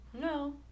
No